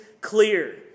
clear